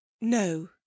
No